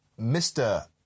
Mr